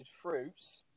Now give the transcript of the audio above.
fruits